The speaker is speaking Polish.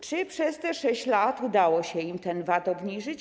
Czy przez te 6 lat udało się im ten VAT obniżyć?